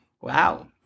Wow